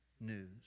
news